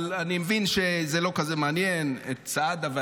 אבל אני מבין שזה לא כזה מעניין את סעדה.